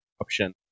option